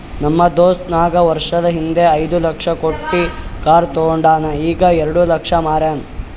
ನಮ್ ದೋಸ್ತ ನಾಕ್ ವರ್ಷದ ಹಿಂದ್ ಐಯ್ದ ಲಕ್ಷ ಕೊಟ್ಟಿ ಕಾರ್ ತೊಂಡಾನ ಈಗ ಎರೆಡ ಲಕ್ಷಕ್ ಮಾರ್ಯಾನ್